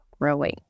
growing